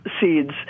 seeds